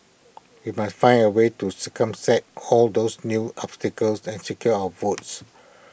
we must find A way to circumvent all those new obstacles and secure our votes